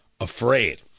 afraid